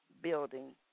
building